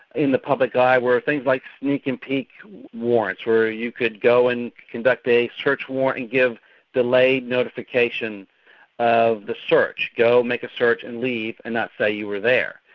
in the public eye, were things like sneak and peek warrants where you could go and conduct a search warrant and give delayed notification of the search. go and make a search and leave, and not say you were there.